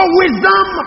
wisdom